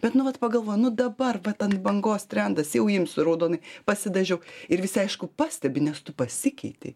bet nu vat pagalvojo nu dabar vat ant bangos trendas jau imsiu raudonai pasidažiau ir visi aišku pastebi nes tu pasikeitei